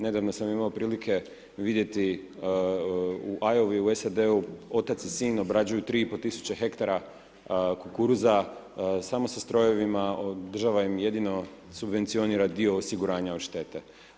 Nedavno sam imao prilike vidjeti u Iowa-i u SAD-u, otac i sin obrađuju 3,5 tisuće hektara kukuruza samo sa strojevima, država im jedino subvencionira dio osiguranja od štete.